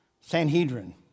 Sanhedrin